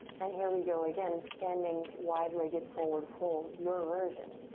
and here we go again standing wide-legged forward fold, your version.